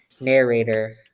narrator